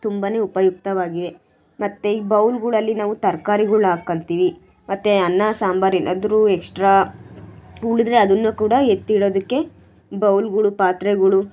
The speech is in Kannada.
ತುಂಬಾ ಉಪಯುಕ್ತವಾಗಿವೆ ಮತ್ತು ಈ ಬೌಲ್ಗಳಲ್ಲಿ ನಾವು ತರ್ಕಾರಿಗಳ್ ಹಾಕೊಂತೀವಿ ಮತ್ತು ಅನ್ನ ಸಾಂಬಾರು ಏನಾದರೂ ಎಕ್ಸ್ಟ್ರಾ ಉಳಿದ್ರೆ ಅದನ್ನ ಕೂಡ ಎತ್ತಿಡೋದಕ್ಕೆ ಬೌಲ್ಗಳು ಪಾತ್ರೆಗಳು